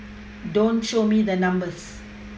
don't show me the numbers